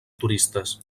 turistes